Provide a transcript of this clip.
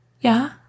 Yeah